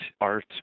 art